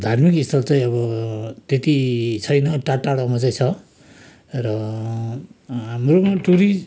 धार्मिक स्थल चाहिँ अब त्यति छैन टा टाढोमा चाहिँ छ र हाम्रोमा टुरिस्ट